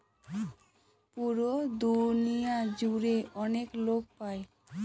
পুরো দুনিয়া জুড়ে অনেক লোক পাই